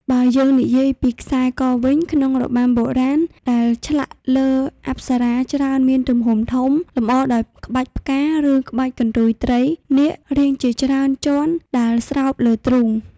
បើយើងនិយាយពីខ្សែកវិញក្នុងរបាំបុរាណ ដែលឆ្លាក់លើអប្សរាច្រើនមានទំហំធំ លម្អដោយ ក្បាច់ផ្កា ឬក្បាច់កន្ទុយត្រី/នាគ រាងជាច្រើនជាន់ដែលស្រោបលើទ្រូង។